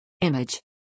Image